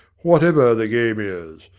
whatever the game is.